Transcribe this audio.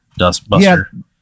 Dustbuster